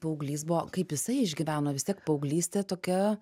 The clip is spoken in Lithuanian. paauglys buvo kaip jisai išgyveno vis tiek paauglystė tokia